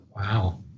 Wow